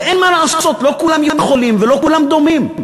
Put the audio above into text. ואין מה לעשות, לא כולם יכולים ולא כולם דומים.